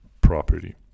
property